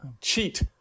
cheat